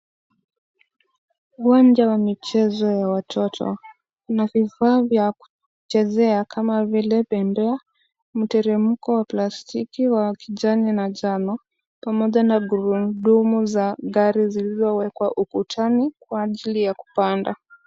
Uwanja wa michezo ya watoto, una vifaa vya kuchezea kama vile bembea, mteremko wa plastiki wa kijani na njano, pamoja na gurudumu za gari zilizowekwa ukutani, kwa ajili ya kupanda.